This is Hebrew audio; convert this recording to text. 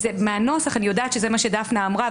מהנוסח אני יודעת שזה מה שדפנה אמרה,